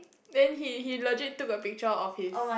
then he he legit take a picture of his